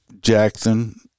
Jackson